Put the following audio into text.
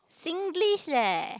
Singlish leh